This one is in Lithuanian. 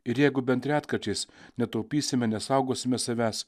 ir jeigu bent retkarčiais netaupysime nesaugosime savęs